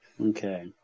Okay